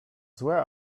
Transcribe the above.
złe